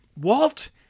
Walt